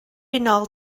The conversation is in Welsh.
unol